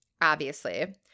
obviously-